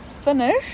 finish